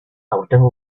aurtengo